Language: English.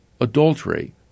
adultery